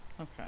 okay